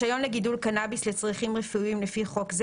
רישיון לגידול קנאביס לצרכים רפואיים לפי חוק זה